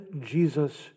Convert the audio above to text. Jesus